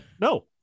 No